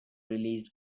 released